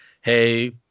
hey